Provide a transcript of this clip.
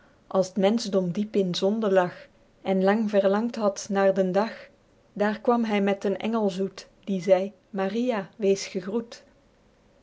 t menschdom diepe in zonde lag en lang verlangd had naer den dag daer kwam hy met den engel zoet die zei maria wees gegroet